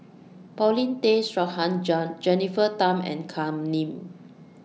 Paulin Tay Straughan John Jennifer Tham and Kam Ning